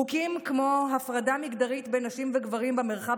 חוקים כמו הפרדה מגדרית בין נשים לגברים במרחב